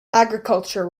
agriculture